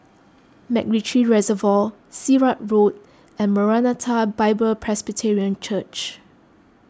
MacRitchie Reservoir Sirat Road and Maranatha Bible Presby Church